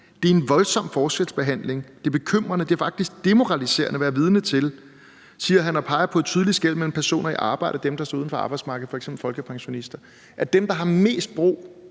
det er en voldsom forskelsbehandling, at det er bekymrende, og at det faktisk er demoraliserende at være vidne til. Og han peger på et tydeligt skel mellem personer i arbejde og dem, der står uden for arbejdsmarkedet, f.eks. folkepensionister, altså at dem, der har mest brug